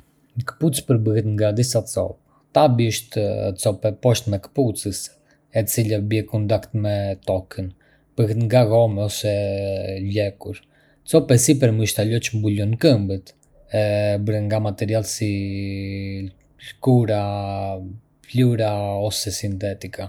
Një këpucë përbëhet nga disa Copa. Tabi është copa e poshtme e këpucës, e cila bie në kontakt me tokën. Bëhet nga gome ose lëkurë. Copa e sipërme është ajo që mbulon këmbën, e bërë nga materiale si lëkura, pëlhura ose sintetika.